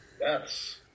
Yes